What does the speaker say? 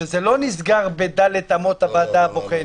שזה לא נסגר בד' אמות הוועדה הבוחנת.